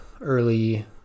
early